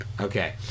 Okay